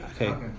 Okay